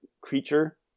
creature